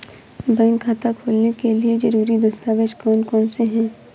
Bank खाता खोलने के लिए ज़रूरी दस्तावेज़ कौन कौनसे हैं?